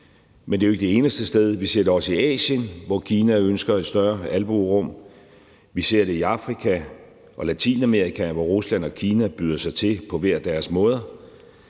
men det er jo ikke det eneste sted. Vi ser det også i Asien, hvor Kina ønsker et større albuerum, vi ser det i Afrika og Latinamerika, hvor Rusland og Kina byder sig til på hver deres måde,